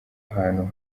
hantu